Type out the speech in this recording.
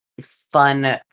fun